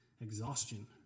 exhaustion